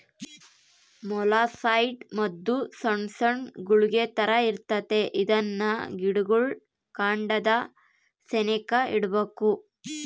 molluscicide ಮದ್ದು ಸೊಣ್ ಸೊಣ್ ಗುಳಿಗೆ ತರ ಇರ್ತತೆ ಇದ್ನ ಗಿಡುಗುಳ್ ಕಾಂಡದ ಸೆನೇಕ ಇಡ್ಬಕು